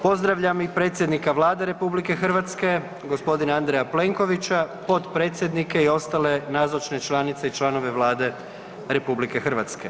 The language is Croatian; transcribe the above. Pozdravljam i predsjednika Vlade RH g. Andreja Plenkovića, potpredsjednike i ostale nazočne članice i članice Vlade RH.